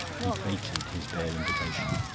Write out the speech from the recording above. he baited his bare invitation.